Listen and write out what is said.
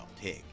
pig